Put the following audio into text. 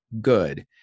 good